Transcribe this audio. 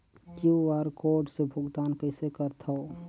QR code से भुगतान कइसे करथव?